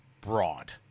broad